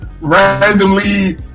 randomly